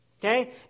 Okay